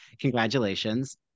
Congratulations